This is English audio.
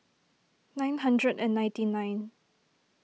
nine hundred and ninety nine